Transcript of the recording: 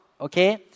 okay